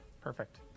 Perfect